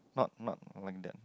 not not like that